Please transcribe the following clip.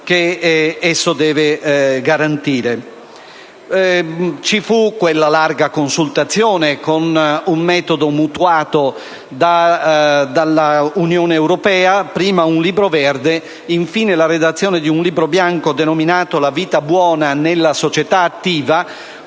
allora quella larga consultazione, con un metodo mutuato dall'Unione europea: prima un libro verde, infine la redazione di un libro bianco intitolato «La vita buona nella società attiva»,